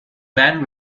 band